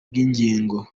bw’ingingo